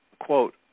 Quote